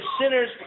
sinners